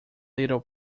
little